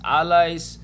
allies